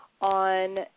on